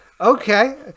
Okay